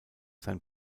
sein